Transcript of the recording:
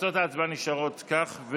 תוצאות ההצבעה נשארות כך.